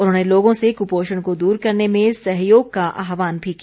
उन्होंने लोगों से कुपोषण को दूर करने में सहयोग का आहवान भी किया